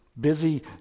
busy